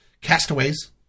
Castaways